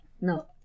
No